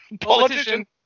Politician